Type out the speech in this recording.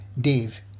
Dave